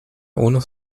unos